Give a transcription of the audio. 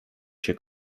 się